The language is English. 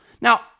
Now